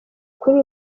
kuri